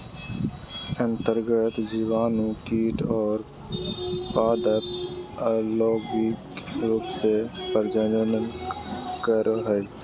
अन्तर्गत जीवाणु कीट और पादप अलैंगिक रूप से प्रजनन करो हइ